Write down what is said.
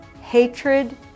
hatred